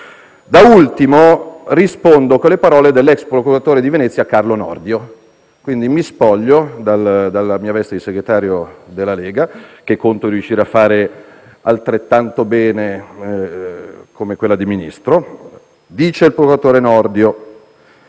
Da ultimo, rispondo con le parole dell'ex procuratore di Venezia Carlo Nordio, quindi mi spoglio della mia veste di segretario della Lega, incarico che conto di riuscire a svolgere altrettanto bene come quello di Ministro. Dice il procuratore Nordio: